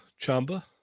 Chamba